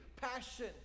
passion